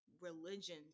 religion